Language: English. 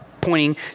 pointing